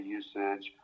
usage